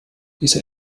diese